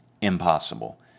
Impossible